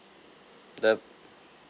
the